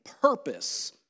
purpose